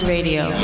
Radio